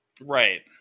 Right